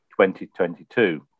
2022